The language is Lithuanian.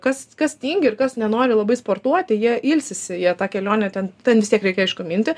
kas kas tingi ir kas nenori labai sportuoti jie ilsisi jie tą kelionę ten ten vis tiek reikia aišku minti